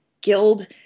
guild